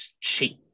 cheap